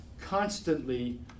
constantly